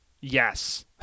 Yes